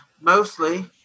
mostly